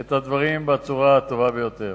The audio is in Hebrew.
את הדברים בצורה הטובה ביותר.